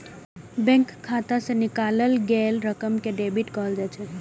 bank खाता सं निकालल गेल रकम कें डेबिट कहल जाइ छै